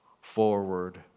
forward